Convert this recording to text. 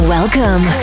Welcome